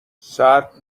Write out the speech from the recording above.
سرد